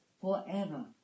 Forever